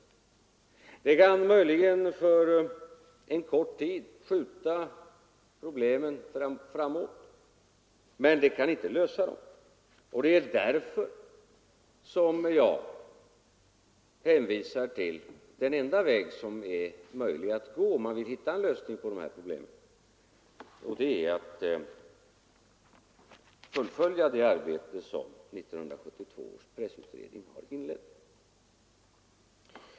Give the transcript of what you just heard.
Möjligen kan det för en kort tid skjuta problemen framåt, men det kan inte lösa dem. Det är därför som jag hänvisar till den enda väg som är möjlig att gå, om man vill hitta en lösning på problemen, nämligen att fullfölja det arbete som 1972 års pressutredning har inlett.